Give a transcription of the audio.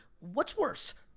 what's worse,